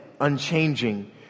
unchanging